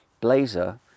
blazer